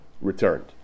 returned